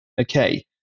Okay